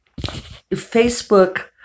Facebook